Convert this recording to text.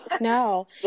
No